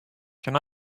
can